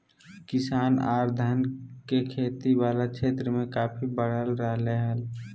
किसान आर धान के खेती वला क्षेत्र मे काफी बढ़ रहल हल